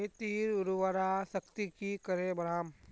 खेतीर उर्वरा शक्ति की करे बढ़ाम?